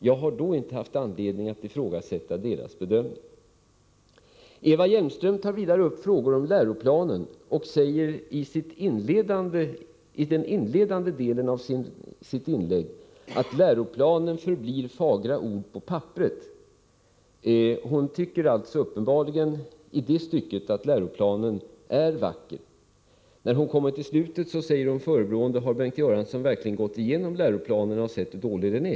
Jag har inte haft anledning att ifrågasätta deras bedömning. Eva Hjelmström tog upp frågor om läroplanen. I den inledande delen av sitt anförande sade hon att läroplanen förblir fagra ord på papperet. Hon tycker uppenbarligen i det stycket att läroplanen är vacker. När hon kom till slutet frågade hon förebrående: Har Bengt Göransson gått igenom läropla nen och sett hur dålig den är?